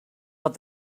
off